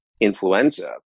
influenza